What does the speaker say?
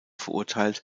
verurteilt